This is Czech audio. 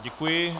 Děkuji.